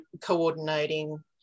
coordinating